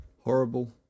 Horrible